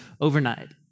overnight